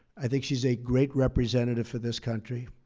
i think she's a great representative for this country.